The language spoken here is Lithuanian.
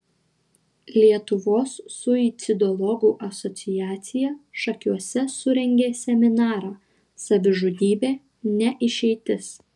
lietuvos suicidologų asociacija šakiuose surengė seminarą savižudybė ne išeitis